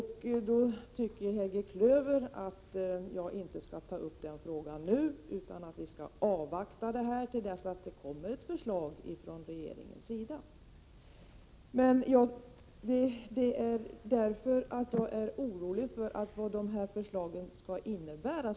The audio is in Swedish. Helge Klöver tycker att vi inte skall ta upp denna fråga nu, utan avvakta ett förslag från regeringens sida. Men jag vill ta upp det nu därför att jag är orolig för vad dessa förslag kan innebära.